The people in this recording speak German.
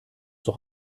doch